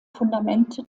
fundamente